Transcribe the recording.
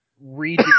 read